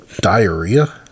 Diarrhea